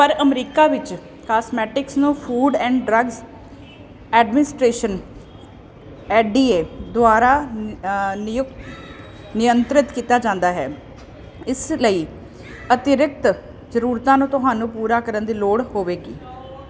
ਪਰ ਅਮਰੀਕਾ ਵਿੱਚ ਕਾਸਮੈਟਿਕਸ ਨੂੰ food and drugs administration FDA ਦੁਆਰਾ ਨਿਯੁਕਤ ਨਿਯੰਤ੍ਰਿਤ ਕੀਤਾ ਜਾਂਦਾ ਹੈ ਇਸ ਲਈ ਅਤਿਰਿਕਤ ਜ਼ਰੂਰਤਾਂ ਨੂੰ ਤੁਹਾਨੂੰ ਪੂਰਾ ਕਰਨ ਦੀ ਲੋੜ ਹੋਵੇਗੀ